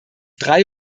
drei